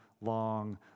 long